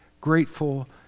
grateful